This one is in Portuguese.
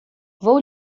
vou